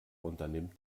unternimmt